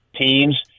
teams